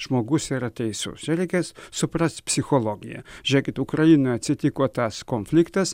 žmogus yra teisus čia reikės suprast psichologiją žiūrėkit ukrainoj atsitiko tas konfliktas